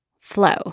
flow